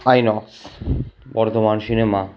INOX Bardhaman cinema